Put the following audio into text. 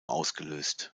ausgelöst